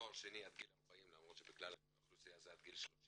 תואר שני עד גיל 40 למרות שבכלל האוכלוסייה זה עד גיל 30